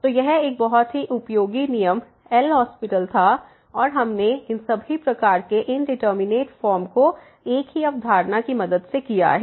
तो यह एक बहुत ही उपयोगी नियम एल हास्पिटल LHospital था और हमने इन सभी प्रकार के इंडिटरमिनेट फॉर्म को एक ही अवधारणा की मदद से किया है